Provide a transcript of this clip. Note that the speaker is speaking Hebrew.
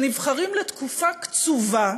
שנבחרים לתקופה קצובה